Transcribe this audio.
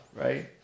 right